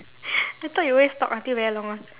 I thought you always talk until very long [one]